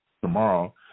tomorrow